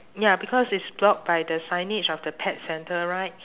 ya because it's blocked by the signage of the pet centre right